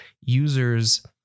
users